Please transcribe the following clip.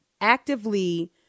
actively